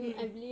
mm mm